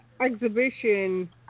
exhibition